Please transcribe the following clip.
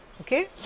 okay